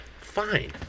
fine